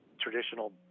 traditional